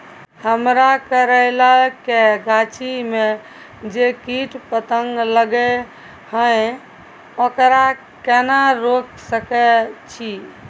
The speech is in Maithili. हमरा करैला के गाछी में जै कीट पतंग लगे हैं ओकरा केना रोक सके छी?